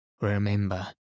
Remember